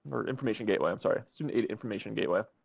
or information gateway. i'm sorry. student aid information gateway.